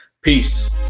Peace